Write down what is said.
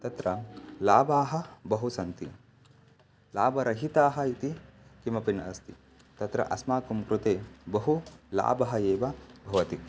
तत्र लाभाः बहु सन्ति लाभरहिताः इति किमपि नास्ति तत्र अस्माकं कृते बहु लाभः एव भवति